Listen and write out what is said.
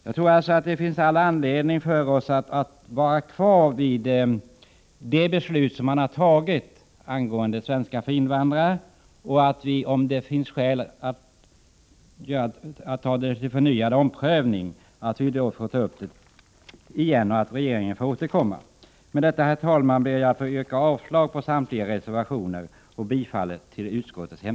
Det finns alltså all anledning att tills vidare stå fast vid det beslut som har — Nr 113 fattats om undervisning för invandrare i svenska språket. Onsdagen den Med detta, herr talman, ber jag att få yrka avslag på samtliga reservationer — 10 april 1985